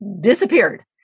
disappeared